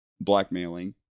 Blackmailing